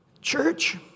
church